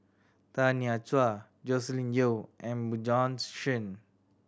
Tanya Chua Joscelin Yeo and Bjorn's Shen